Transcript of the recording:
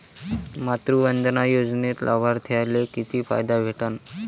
मातृवंदना योजनेत लाभार्थ्याले किती फायदा भेटन?